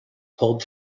pulled